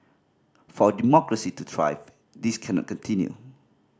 for our democracy to thrive this cannot continue